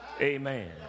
Amen